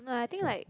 no I think like